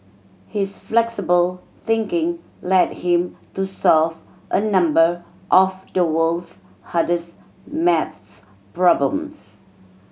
his flexible thinking led him to solve a number of the world's hardest maths problems